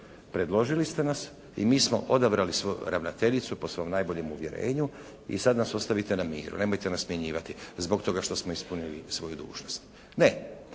Predložili ste nas i mi smo odabrali svoju ravnateljicu po svojem najboljem uvjerenju i sad nas ostavite na miru. Nemojte nas smjenjivati, zbog toga što smo ispunili svoju dužnost. Ne.